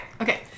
okay